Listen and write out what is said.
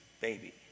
baby